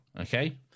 Okay